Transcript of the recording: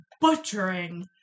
butchering